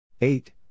Eight